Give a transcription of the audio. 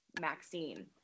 Maxine